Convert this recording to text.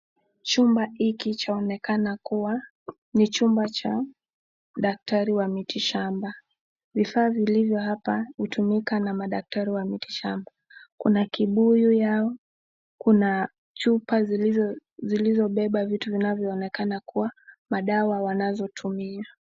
Chumba hiki chaonekana kuwa ni chumba cha daktari wa miti shamba, vifaa vilivyo hapa hutumika na madaktari wa miti shamba. Kuna kibuyu yao, kuna chupa zilizobeba vitu vinavyoonekana kuwa madawa wanazotumia.